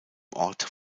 ort